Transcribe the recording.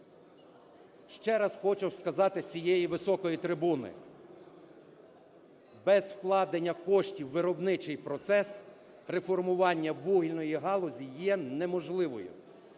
Ще раз хочу сказати з цієї високої трибуни: без вкладення коштів у виробничий процес реформування вугільної галузі є неможливо.